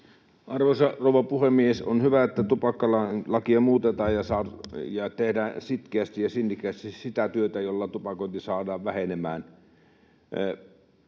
Arvoisa rouva puhemies! On hyvä, että tupakkalakia muutetaan ja tehdään sitkeästi ja sinnikkäästi sitä työtä, jolla tupakointi saadaan vähenemään.